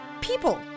people